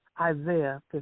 Isaiah